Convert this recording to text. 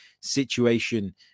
situation